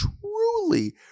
truly